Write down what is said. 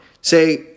Say